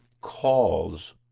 calls